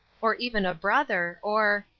or even a brother, or,